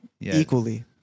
Equally